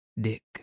Dick